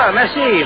merci